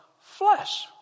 flesh